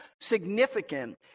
significant